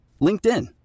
LinkedIn